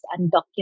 undocumented